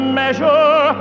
measure